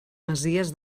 masies